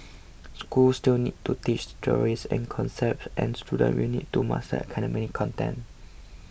schools still need to teach theories and concepts and students will need to master academic content